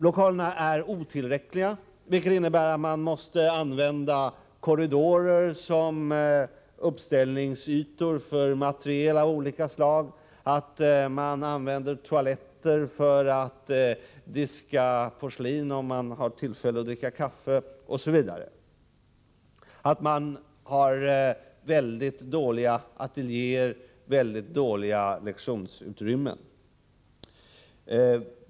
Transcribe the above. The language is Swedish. Lokalerna är otillräckliga, vilket innebär att man måste använda korridorer som uppställningsytor för materiel av olika slag. Man måste använda toaletter för att diska porslin i samband med att man dricker kaffe, osv. Man har vidare väldigt dåliga ateljéer och lektionsutrymmen.